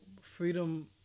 freedom